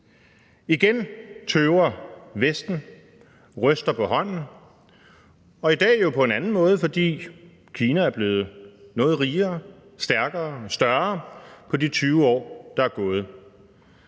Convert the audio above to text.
Igen tøver Vesten, ryster på hånden, og i dag jo på en anden måde, fordi Kina er blevet noget rigere, stærkere, større på de 20 år, der er gået.